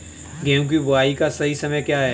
गेहूँ की बुआई का सही समय क्या है?